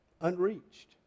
unreached